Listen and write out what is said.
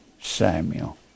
Samuel